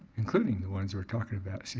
including the ones we're talking about,